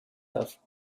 love